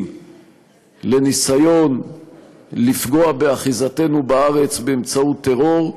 לניסיון לפגוע באחיזתנו בארץ באמצעות טרור,